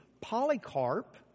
Polycarp